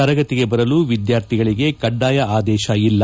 ತರಗತಿಗೆ ಬರಲು ವಿದ್ಯಾರ್ಥಿಗಳಿಗೆ ಕಡ್ಡಾಯ ಆದೇಶ ಇಲ್ಲ